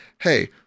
hey